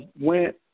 went